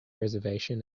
reservation